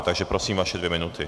Takže prosím, vaše dvě minuty.